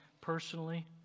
personally